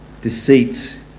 deceit